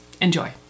Enjoy